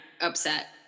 upset